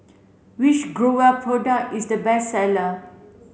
which Growell product is the best seller